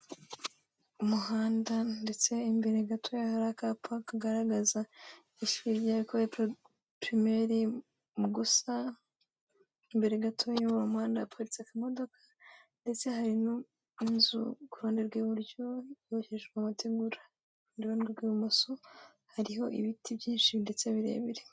Umuhanda ndetse imbere gato hari akapa kagaragaza ishuri rya ekore purimeri, gusa imbere gato y'uwo muhanda haparitse amodoka, ndetse hari n'inzu kuruhande rw'iburyo yubakishijwe amategura, urundi ruhande rw'ibumoso hariho ibiti byinshi ndetse birebire.